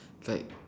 it's like